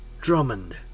Drummond